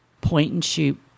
point-and-shoot